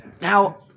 Now